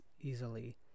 easily